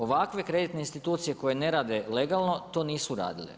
Ovakve kreditne institucije koje ne rade legalno to nisu radile.